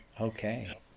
Okay